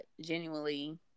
genuinely